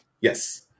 Yes